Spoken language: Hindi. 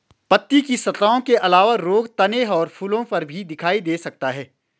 पत्ती की सतहों के अलावा रोग तने और फूलों पर भी दिखाई दे सकता है